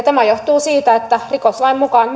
tämä johtuu siitä että rikoslain mukaan